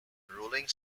rolling